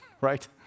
right